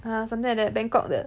ah something like that Bangkok 的